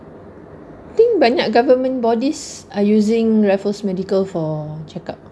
I think banyak government bodies are using raffle's medical for checkup